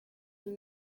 and